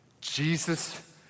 Jesus